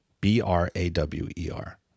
B-R-A-W-E-R